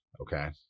okay